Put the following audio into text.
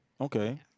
okay